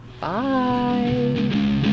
Bye